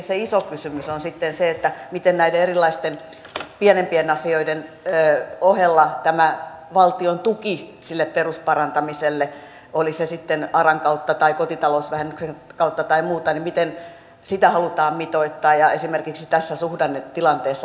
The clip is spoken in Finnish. yksi iso kysymys tietenkin on sitten se miten näiden erilaisten pienempien asioiden ohella tätä valtion tukea perusparantamiselle oli se sitten aran kautta tai kotitalousvähennyksen kautta tai muuta halutaan mitoittaa ja esimerkiksi tässä suhdannetilanteessa hyväksi käyttää